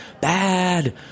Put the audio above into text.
bad